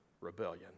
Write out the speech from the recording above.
rebellion